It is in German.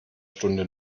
stunde